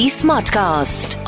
smartcast